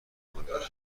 بالاتر